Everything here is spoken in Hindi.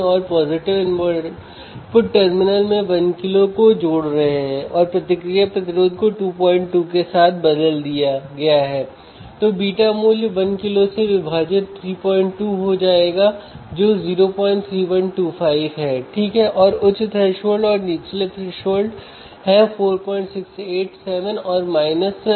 और फिर हम Rg जो एक पोटेंशियोमीटर है का मूल्य बदलकर इंस्ट्रूमेंटेशन एम्पलीफायर के लाभ को बदल सकते हैं